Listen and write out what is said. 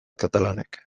katalanek